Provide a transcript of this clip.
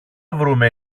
βρούμε